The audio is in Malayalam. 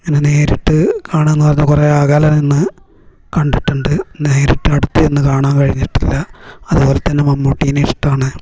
ഇങ്ങനെ നേരിട്ട് കാണാന്ന് പറഞ്ഞു കുറെ അകലെ നിന്ന് കണ്ടിട്ടിണ്ട് നേരിട്ട് അടുത്ത് ചെന്ന് കണാൻ കഴിഞ്ഞിട്ടില്ല അത്പോലെ തന്നെ മമ്മൂട്ടിനേം ഇഷ്ടമാണ്